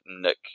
Nick